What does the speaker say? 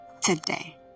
today